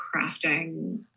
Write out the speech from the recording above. crafting